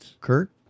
Kurt